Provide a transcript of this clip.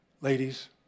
ladies